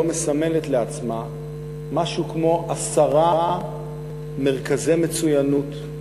מסמנת לעצמה משהו כמו עשרה מרכזי מצוינות,